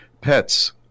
Pets